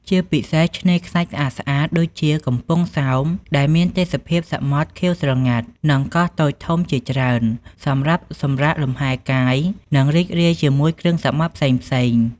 ជាពិសេសឆ្នេរខ្សាច់ស្អាតៗ ដូចជា កំពង់សោម ដែលមានទេសភាពសមុទ្រខៀវស្រងាត់ និងកោះតូចធំជាច្រើន សម្រាប់សម្រាកលំហែកាយ និងរីករាយជាមួយ គ្រឿងសមុទ្រផ្សេងៗ។